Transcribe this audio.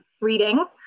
reading